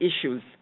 issues